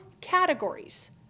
categories